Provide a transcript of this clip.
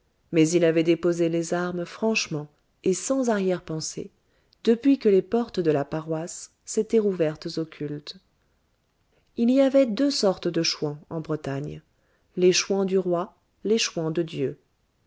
mais il avait déposé les armes franchement et sans arrière-pensée depuis que les portes de la paroisse s'étaient rouvertes au culte il y avait deux sortes de chouans en bretagne les chouans du roi les chouans de dieu